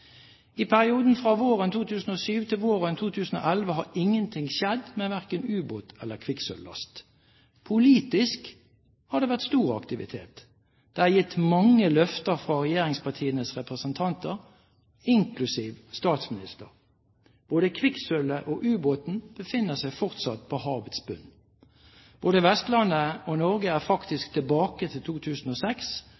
I perioden fra våren 2007 til våren 2011 har ingenting skjedd med verken ubåt eller kvikksølvlast. Politisk har det vært stor aktivitet. Det er gitt mange løfter fra regjeringspartienes representanter, inklusiv statsministeren. Men både kvikksølvet og ubåten befinner seg fortsatt på havets bunn. Både Vestlandet og Norge er